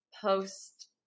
post